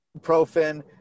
ibuprofen